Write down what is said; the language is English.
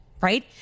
right